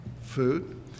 food